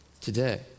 Today